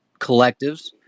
collectives